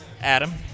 Adam